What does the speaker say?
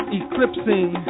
eclipsing